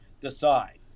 decide